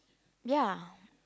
ya